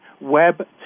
Web